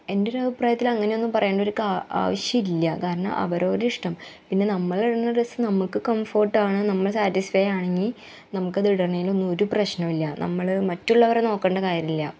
എൻ്റെ ഒരു അഭിപ്രായത്തിൽ അങ്ങനെ ഒന്നും പറയേണ്ട ഒരു ആവശ്യമില്ല കാരണം അവരെ ഓരോ ഇഷ്ടം പിന്നെ നമ്മൾ ഇടുന്ന ഡ്രെസ്സ് നമുക്ക് കംഫോർട്ടാണ് നമ്മൾ സാറ്റിസ്ഫെയ ആണെങ്കിൽ നമുക്ക് അത് ഇടണേലൊന്നും ഒരു പ്രശ്നവുമില്ല നമ്മൽ മറ്റുള്ളവരെ നോക്കേണ്ട കാര്യമില്ല